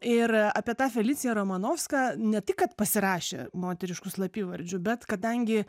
ir apie tą feliciją ramanauską ne tik kad pasirašė moterišku slapyvardžiu bet kadangi